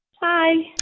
Hi